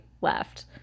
left